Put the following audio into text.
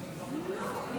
חברי